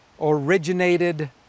originated